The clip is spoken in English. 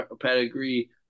pedigree